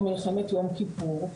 או מלחמת יום כיפור?